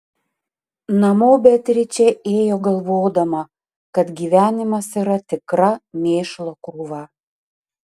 namo beatričė ėjo galvodama kad gyvenimas yra tikra mėšlo krūva